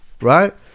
right